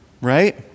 right